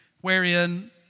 wherein